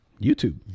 YouTube